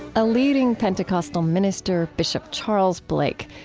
a leading pentecostal minister, bishop charles blake,